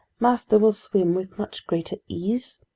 master will swim with much greater ease.